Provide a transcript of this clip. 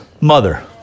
mother